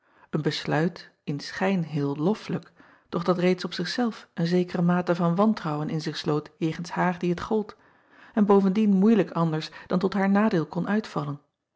een besluit in schijn heel loffelijk doch dat reeds op zich zelf een zekere mate van wantrouwen in zich sloot jegens haar die het gold en bovendien moeilijk anders dan tot haar nadeel kon uitvallen